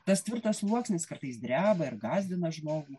tas tvirtas sluoksnis kartais dreba ir gąsdina žmogų